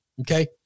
okay